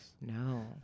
no